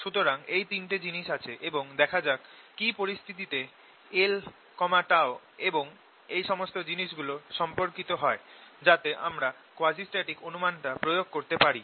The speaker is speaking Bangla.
সুতরাং এই তিনটে জিনিস আছে এবং দেখা যাক কি পরিস্থিতিতে l এবং এই সমস্ত জিনিসগুলো সম্পর্কিত হয় যাতে আমরা কোয়াজিস্ট্যাটিক অনুমান প্রয়োগ করতে পারি